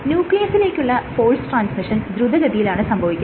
ന്യൂക്ലിയസിലേക്കുള്ള force transmission ദ്രുതഗതിയിലാണ് സംഭവിക്കുന്നത്